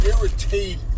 irritated